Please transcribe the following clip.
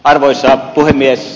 arvoisa puhemies